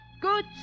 good